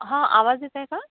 हा आवाज येत आहे का